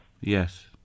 Yes